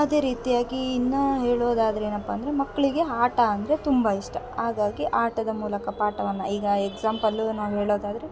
ಅದೇ ರೀತಿಯಾಗಿ ಇನ್ನ ಹೇಳೋದಾದರೆ ಏನಪ್ಪ ಅಂದರೆ ಮಕ್ಳಿಗೆ ಆಟ ಅಂದರೆ ತುಂಬ ಇಷ್ಟ ಹಾಗಾಗಿ ಆಟದ ಮೂಲಕ ಪಾಠವನ್ನ ಈಗ ಎಕ್ಸಾಮ್ಪಲ್ಲು ನಾವು ಹೇಳೋದಾದ್ರೆ